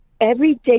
everyday